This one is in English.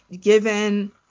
given